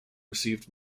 received